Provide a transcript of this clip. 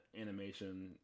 animation